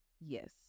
Yes